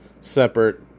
separate